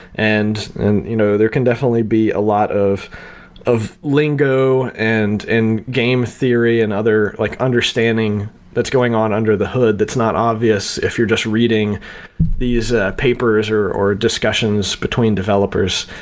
and and you know there can definitely be a lot of of lingo and and game theory and other like understanding that's going on under the hood, that's not obvious if you're just reading these ah papers, or or discussions between developers.